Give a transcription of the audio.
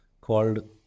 called